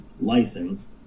license